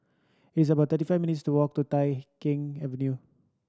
it's about thirty five minutes' to walk to Tai Keng Avenue